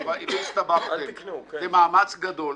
זה מאמץ גדול.